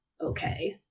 okay